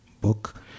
book